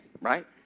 right